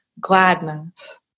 gladness